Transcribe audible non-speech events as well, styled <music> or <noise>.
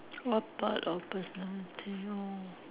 what part of personality <noise>